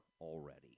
already